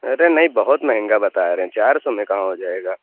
ارے نہیں بہت مہنگا بتا رہے چار سو میں کہاں ہو جائے گا